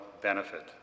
benefit